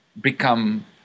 become